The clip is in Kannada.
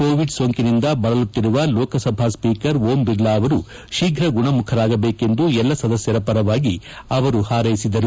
ಕೋವಿಡ್ ಸೋಂಕಿನಿಂದ ಬಳಲುತ್ತಿರುವ ಲೋಕಸಭಾ ಸ್ಲೀಕರ್ ಓಂ ಬಿರ್ಲಾ ಅವರು ಶೀಪ್ರ ಗುಣಮುಖರಾಗಬೇಕೆಂದು ಎಲ್ಲ ಸದಸ್ಯರ ಪರವಾಗಿ ಅವರು ಹಾರ್ಸೆಸಿದರು